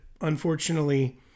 unfortunately